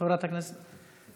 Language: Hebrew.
לוועדת הפנים והגנת הסביבה נתקבלה.